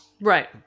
Right